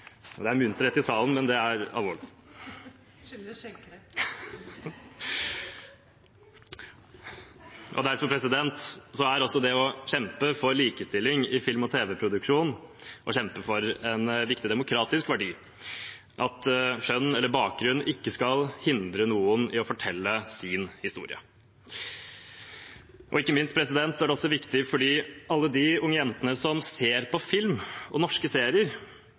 Det er munterhet i salen, men det er alvorlig. Det skyldes skjeggkre. Derfor er også det å kjempe for likestilling i film- og tv-dramaproduksjon å kjempe for en viktig demokratisk verdi, at kjønn eller bakgrunn ikke skal hindre noen i å fortelle sin historie. Ikke minst er det viktig for alle de unge jentene som ser på film og norske serier,